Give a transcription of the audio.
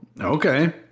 okay